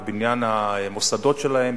בבניין המוסדות שלהם,